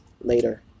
Later